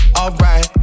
alright